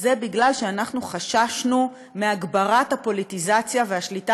זה שאנחנו חששנו מהגברת הפוליטיזציה והשליטה